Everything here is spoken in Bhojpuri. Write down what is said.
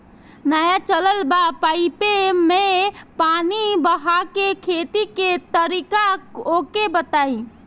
नया चलल बा पाईपे मै पानी बहाके खेती के तरीका ओके बताई?